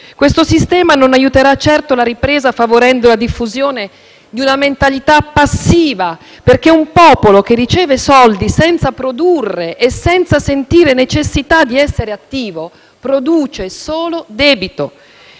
Questo sistema non aiuterà certo la ripresa, favorendo la diffusione di una mentalità passiva, perché un popolo che riceve soldi senza produrre e senza sentire la necessità di essere attivo produce solo debito.